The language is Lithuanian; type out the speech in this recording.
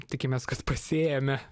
tikimės kad pasiėmę